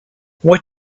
what